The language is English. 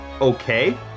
okay